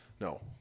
No